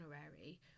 honorary